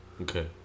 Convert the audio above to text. okay